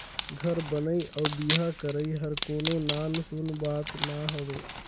घर बनई अउ बिहा करई हर कोनो नान सून बात ना हवे